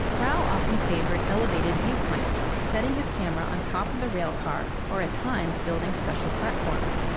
rao often favored elevated viewpoints, setting his camera on top of the rail car or at times building special platforms.